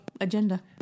agenda